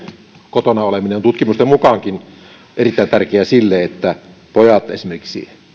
kotona oleminen on tutkimusten mukaankin erittäin tärkeää sille että pojat esimerkiksi